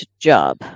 job